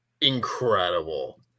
incredible